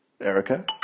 Erica